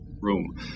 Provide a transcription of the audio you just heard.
room